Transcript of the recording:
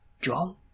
John